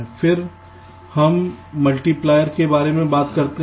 फिर हम मल्टीप्लायर के बारे में बात करते हैं